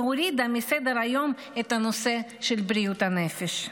והורידה מסדר-היום את הנושא של בריאות הנפש.